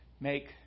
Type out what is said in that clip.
Make